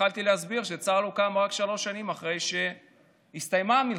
התחלתי להסביר שצה"ל הוקם רק שלוש שנים אחרי שהסתיימה המלחמה,